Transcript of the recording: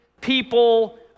people